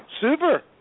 super